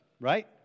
right